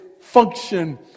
function